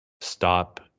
stop